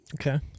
Okay